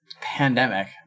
pandemic